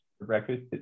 breakfast